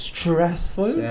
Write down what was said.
Stressful